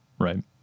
right